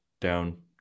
down